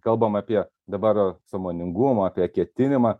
kalbam apie dabar sąmoningumą apie ketinimą